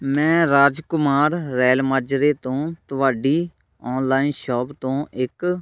ਮੈਂ ਰਾਜਕੁਮਾਰ ਰੈਲ ਮਾਜਰੇ ਤੋਂ ਤੁਹਾਡੀ ਔਨਲਾਈਨ ਸ਼ੋਪ ਤੋਂ ਇੱਕ